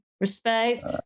Respect